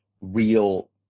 real